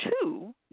two